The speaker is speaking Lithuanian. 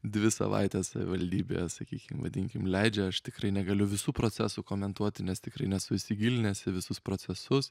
dvi savaitės savivaldybėje sakykim vadinkim leidžia aš tikrai negaliu visų procesų komentuoti nes tikrai nesu įsigilinęs į visus procesus